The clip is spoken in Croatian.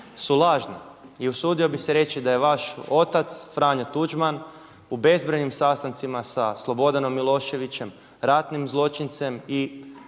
su lažne i usudio bih se reći da je vaš otac Franjo Tuđman u bezbrojnim sastancima sa Slobodanom Miloševićem, ratnim zločincem i